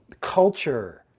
culture